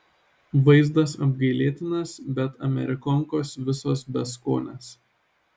vaizdas apgailėtinas bet amerikonkos visos beskonės